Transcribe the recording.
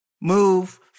move